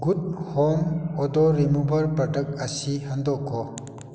good home odour remover product ꯑꯁꯤ ꯍꯟꯗꯣꯛꯈꯣ